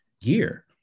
year